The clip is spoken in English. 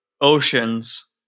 oceans